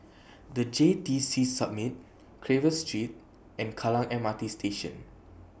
The J T C Summit Carver Street and Kallang M R T Station